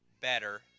better